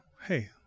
hey